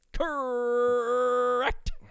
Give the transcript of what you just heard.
Correct